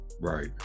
Right